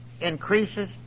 increases